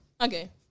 okay